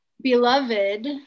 beloved